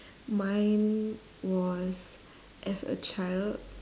mine was as a child